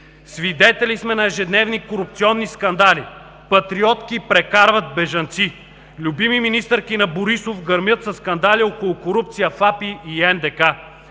Свидетели сме на ежедневни корупционни скандали. „Патриоти“ прекарват бежанци!? Любими министърки на Борисов гърмят със скандали около корупция в АПИ и НДК.